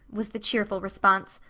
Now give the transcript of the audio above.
was the cheerful response.